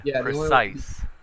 precise